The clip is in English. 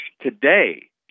today